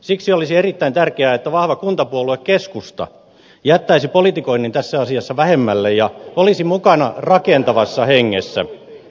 siksi olisi erittäin tärkeää että vahva kuntapuolue keskusta jättäisi politikoinnin tässä asiassa vähemmälle ja olisi mukana rakentavassa hengessä